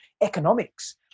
economics